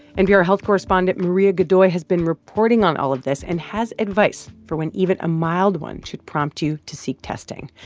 npr health correspondent maria godoy has been reporting on all of this and has advice for when even a mild one should prompt you to seek testing.